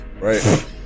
right